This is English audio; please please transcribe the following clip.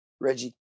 Reggie